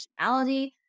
functionality